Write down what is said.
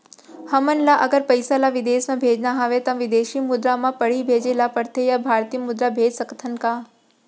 हमन ला अगर पइसा ला विदेश म भेजना हवय त विदेशी मुद्रा म पड़ही भेजे ला पड़थे या भारतीय मुद्रा भेज सकथन का?